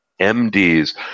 MDs